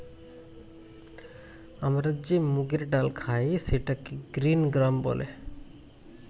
আমরা যে মুগের ডাল খাই সেটাকে গ্রিন গ্রাম বলে